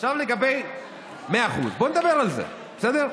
עכשיו לגבי 100%, בואו נדבר על זה, בסדר?